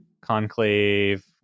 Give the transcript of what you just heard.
conclave